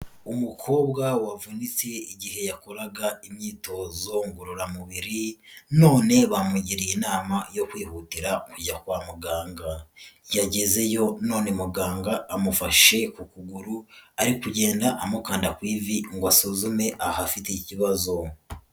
Umukobwa wavunitse igihe yakoraga imyitozo ngororamubiri, none bamugiriye inama yo kwihutira kujya kwa muganga, yagezeyo none muganga amufashe ku kuguru, ari kugenda amukanda ku ivi ngo asuzume ahafite ikibazo.